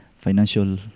financial